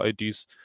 IDs